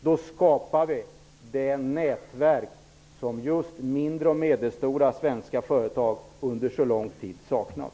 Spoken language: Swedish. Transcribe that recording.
Då skapar vi det nätverk som just mindre och medelstora svenska företag under så lång tid saknat.